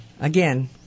Again